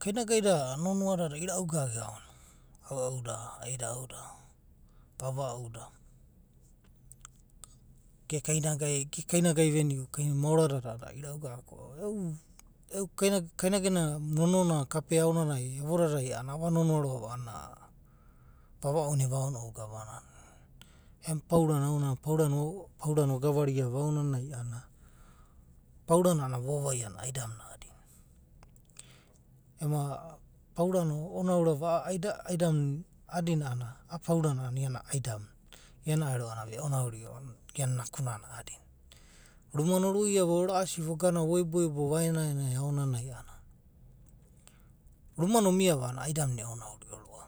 Kainia gai da nonoa dada irau gaga, aua’u da. aida’u da vava’u da, ge kaina gai, ge kain gai vemu maora dada a’adada irau gaga. Ko e’u kainagai nonoa na kapea aonanai evo dadai ava nonoa roa’va a’anana vava’i na evao niu gava nana; em paura na aonanai, paurana. paurana ogavaria va aonanai a’anana, paurana a’anana vovaviaia a’a aida’mu na a’adina. Ema paurana, o’onaurava a’a aida’mu na a’aidina a’anana, a’a paurana a’anana aida’mu na’iana ero a’anana veo onaurio a’a naku nana a’anana. Rumana oruiava ora’asive oganava oeboebova aenai aonanai a’anan, rumanai omi ava a’anana. aida’muna e’onauriova,